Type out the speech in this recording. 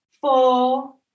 Four